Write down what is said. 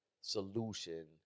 solution